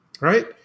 right